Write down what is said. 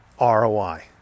ROI